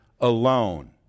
alone